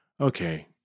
okay